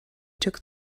took